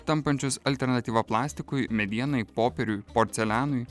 tampančius alternatyva plastikui medienai popieriui porcelianui